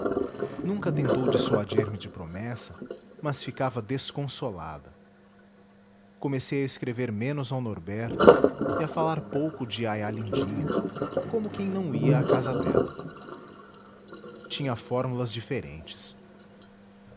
nunca tentou dissuadir me de promessa mas ficava desconsolada comecei a escrever menos ao norberto e a falar pouco de iaiá lindinha como quem não ia à casa dela tinha fórmulas diferentes